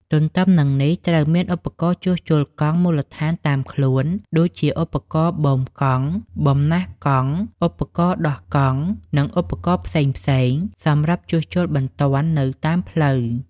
ទន្ទឹមនឹងនេះ ត្រូវមានឧបករណ៍ជួសជុលកង់មូលដ្ឋានតាមខ្លួន ដូចជាឧបករណ៍បូមកង់ បំណះកង់ ឧបករណ៍ដោះកង់និងឧបករណ៍ផ្សេងៗសម្រាប់ជួសជុលបន្ទាន់នៅតាមផ្លូវ។